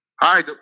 Hi